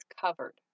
covered